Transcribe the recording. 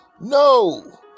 No